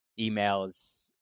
emails